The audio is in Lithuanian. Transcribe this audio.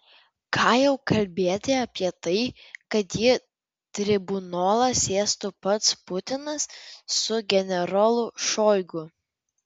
ką jau kalbėti apie tai kad į tribunolą sėstų pats putinas su generolu šoigu